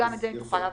אם תוכל להבהיר.